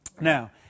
now